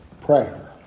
Prayer